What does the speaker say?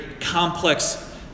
complex